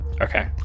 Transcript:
Okay